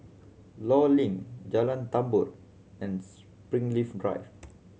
Law Link Jalan Tambur and Springleaf Drive